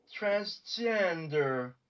Transgender